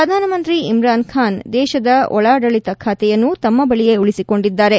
ಪ್ರಧಾನಮಂತ್ರಿ ಇಮ್ರಾನ್ ಖಾನ್ ದೇಶದ ಒಳಡಾಳಿತ ಖಾತೆಯನ್ನು ತಮ್ಮ ಬಳಿಯೇ ಉಳಿಸಿಕೊಂಡಿದ್ದಾರೆ